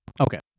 Okay